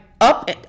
up